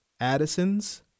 Addison's